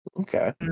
Okay